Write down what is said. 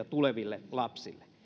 tuleville lapsille